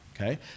Okay